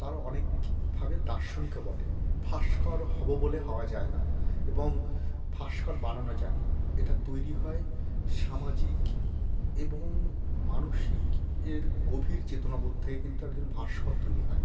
তারা অনেকভাবে দার্শনিকও বটে ভাস্কর হব বলে হওয়া যায় না এবং ভাস্কর বানানো যায় না এটা তৈরি হয় সামাজিক এবং মানসিক এর গভীর চেতনাবোধ থেকে কিন্তু একজন ভাস্কর তৈরি হয়